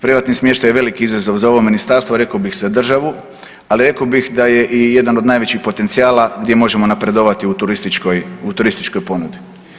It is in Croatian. Privatni smještaj je veliki izazov za ovo ministarstvo, rekao bih i za državu, ali rekao bih da je i jedan od najvećih potencijala gdje možemo napredovati u turističkoj, u turističkoj ponudi.